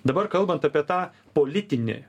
dabar kalbant apie tą politinį